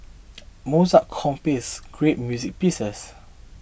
Mozart composed great music pieces